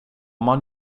man